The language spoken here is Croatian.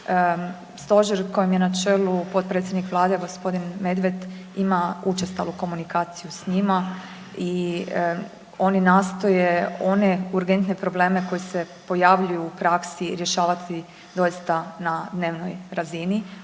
Stožer kojem je na čelu potpredsjednik Vlade gospodin Medved ima učestalu komunikaciju sa njima i oni nastoje one urgentne probleme koji se pojavljuju u praksi rješavati doista na dnevnoj razini.